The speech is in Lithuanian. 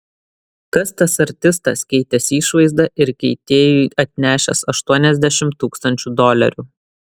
kas tas artistas keitęs išvaizdą ir keitėjui atnešęs aštuoniasdešimt tūkstančių dolerių